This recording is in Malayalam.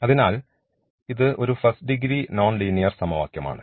അതിനാൽ ഇത് ഒരു ഫസ്റ്റ് ഡിഗ്രി നോൺലീനിയർ സമവാക്യം ആണ്